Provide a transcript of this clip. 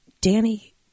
Danny